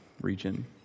region